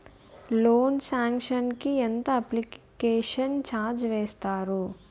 Loan sanction కి ఎంత application charge వేస్తారు?